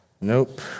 Nope